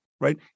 right